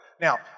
Now